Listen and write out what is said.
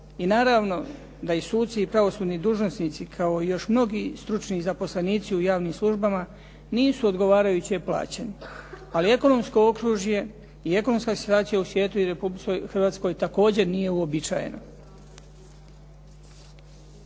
I naravno da i suci i pravosudni dužnosnici kao i još mnogi stručni zaposlenici u javnim službama nisu odgovarajuće plaćeni. Ali ekonomsko okružje i ekonomska situacija u svijetu i Republici Hrvatskoj također nije uobičajena.